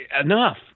Enough